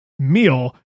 meal